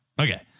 okay